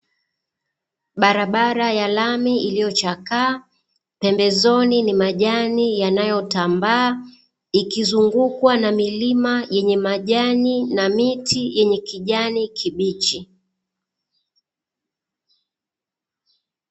Barabara ya lami iliyochakaa, pembezoni ni majani yanayotambaa, ikizungukwa na milima yenye majani na miti yenye kijani kibichi.